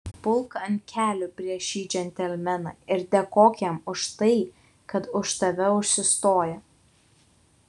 pulk ant kelių prieš šį džentelmeną ir dėkok jam už tai kad už tave užsistoja